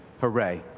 Hooray